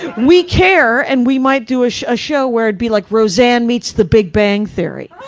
and we care, and we might do a show show where it'd be like roseanne meets the big bang theory.